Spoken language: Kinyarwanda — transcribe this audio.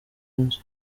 inzu